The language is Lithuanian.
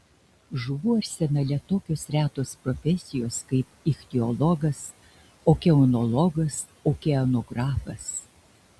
žuvų arsenale tokios retos profesijos kaip ichtiologas okeanologas okeanografas